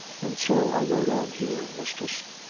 and so i rode on here, mistress.